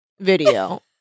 video